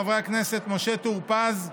חברי הכנסת משה טור פז,